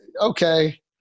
okay